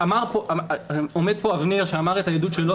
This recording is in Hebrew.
נמצא פה אבנר שאמר את העדות שלו.